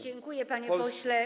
Dziękuję, panie pośle.